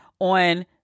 On